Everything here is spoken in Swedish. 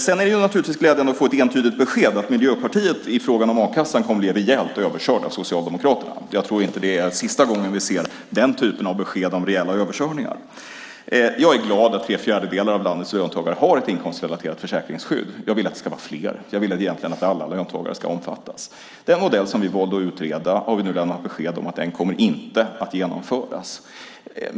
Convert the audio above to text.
Det är naturligtvis glädjande att få ett entydigt besked att Miljöpartiet i frågan om a-kassan kommer att bli rejält överkört av Socialdemokraterna. Jag tror inte att det är sista gången vi ser den typen av besked om rejäla överkörningar. Jag är glad att tre fjärdedelar av landets löntagare har ett inkomstrelaterat försäkringsskydd. Jag vill att det ska vara fler. Jag vill egentligen att alla löntagare ska omfattas. Den modell vi valde att utreda har vi lämnat besked om ska inte genomföras.